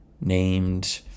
named